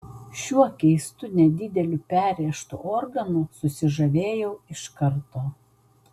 šiuo keistu nedideliu perrėžtu organu susižavėjau iš karto